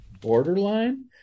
borderline